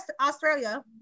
Australia